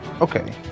Okay